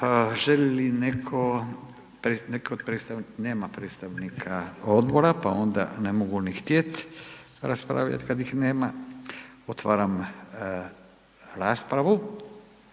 Želi li neko, neko od predstavnika, nema predstavnika odbora, pa onda ne mogu ni htjet raspravljat kad ih nema. Otvaram raspravu,